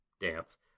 dance